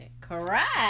Correct